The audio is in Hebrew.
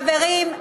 חברים,